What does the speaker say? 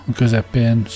közepén